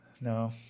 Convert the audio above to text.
No